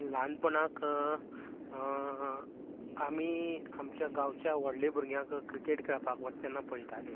ल्हानपणांत आमी आमच्या गांवच्या व्हडले भुरग्यांक क्रिकेट खेळपाक वता तेन्ना पळयताले